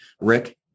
Rick